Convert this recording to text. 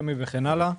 רמ"י וכן הלאה,